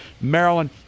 Maryland